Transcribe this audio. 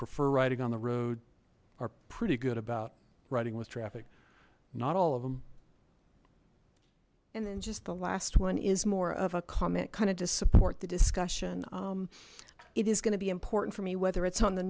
prefer riding on the road are pretty good about writing with traffic not all of them and then just the last one is more of a comment kind of to support the discussion it is going to be important for me whether it's on the